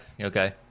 Okay